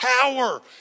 power